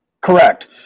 Correct